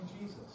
Jesus